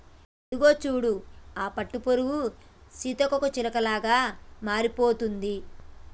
అదిగో చూడు ఆ పట్టుపురుగు సీతాకోకచిలుకలా మారిపోతుంది